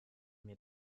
mir